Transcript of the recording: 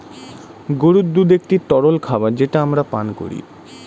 গরুর দুধ একটি তরল খাবার যেটা আমরা পান করি